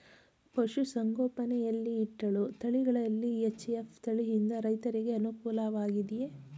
ಪಶು ಸಂಗೋಪನೆ ಯಲ್ಲಿ ಇಟ್ಟಳು ತಳಿಗಳಲ್ಲಿ ಎಚ್.ಎಫ್ ತಳಿ ಯಿಂದ ರೈತರಿಗೆ ಅನುಕೂಲ ವಾಗಿದೆಯೇ?